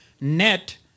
Net